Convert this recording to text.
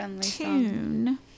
tune